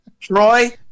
Troy